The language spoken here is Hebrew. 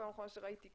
פעם אחרונה שראיתי,